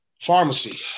pharmacy